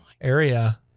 area